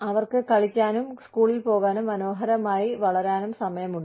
അവർക്ക് കളിക്കാനും സ്കൂളിൽ പോകാനും മനോഹരമായി വളരാനും സമയമുണ്ട്